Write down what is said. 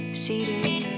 seated